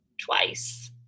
twice